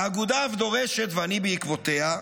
האגודה אף דורשת, ואני בעקבותיה,